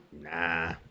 nah